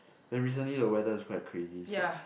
and recently the weather is quite crazy so